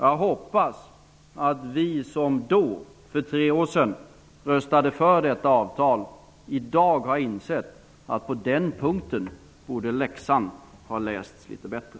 Jag hoppas att vi som för tre år sedan röstade för detta avtal i dag har insett att läxan på den punkten borde ha lästs litet bättre.